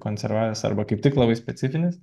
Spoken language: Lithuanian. konservavęs arba kaip tik labai specifinis